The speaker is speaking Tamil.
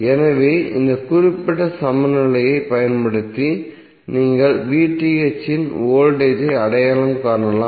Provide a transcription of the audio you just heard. எனவே இந்த குறிப்பிட்ட சமநிலையைப் பயன்படுத்தி நீங்கள் இன் வோல்டேஜ் ஐ அடையாளம் காணலாம்